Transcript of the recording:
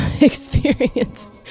experience